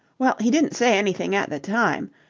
well, he didn't say anything at the time,